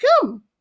come